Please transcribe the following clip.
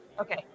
Okay